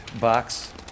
box